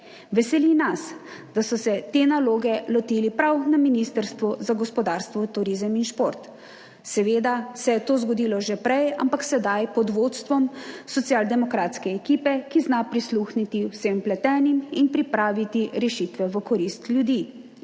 Veseli nas, da so se te naloge lotili prav na Ministrstvu za gospodarstvo, turizem in šport. Seveda se je to zgodilo že prej, ampak sedaj pod vodstvom socialdemokratske ekipe, ki zna prisluhniti vsem vpletenim in pripraviti rešitve v korist ljudi